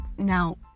Now